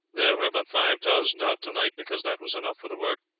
there were but five thousand out to-night, because that was enough for the work,